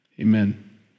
Amen